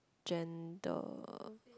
gender